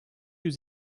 yüz